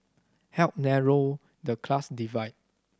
help narrow the class divide